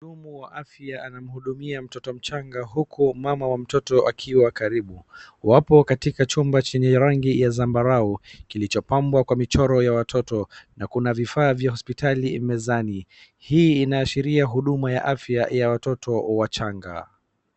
Mhudumu wa afya anamhudumia mtoto mchanga huku mama wa mtoto akiwa karibu. Wapo katika chumba chenye rangi ya zambarau kilichopambwa kwa michoro ya watoto na kuna vifaa vya hospitali mezani. Hii inaashiria huduma ya afya ya watoto wachanga.